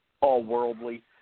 all-worldly